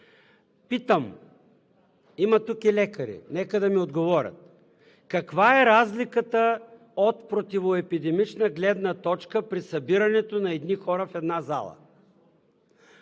Питам, има тук и лекари, нека да ми отговорят: каква е разликата от противоепидемична гледна точка при събирането на едни хора в една зала?